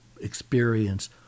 experience